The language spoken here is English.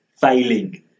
failing